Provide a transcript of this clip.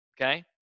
Okay